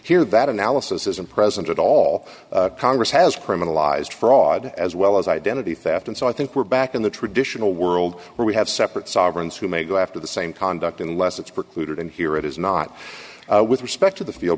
here that analysis isn't present at all congress has criminalized fraud as well as identity theft and so i think we're back in the traditional world where we have separate sovereigns who may go after the same conduct unless it's precluded and here it is not with respect to the field